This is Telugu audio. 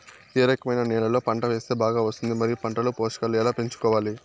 ఏ రకమైన నేలలో పంట వేస్తే బాగా వస్తుంది? మరియు పంట లో పోషకాలు ఎలా పెంచుకోవాలి?